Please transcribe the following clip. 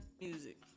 music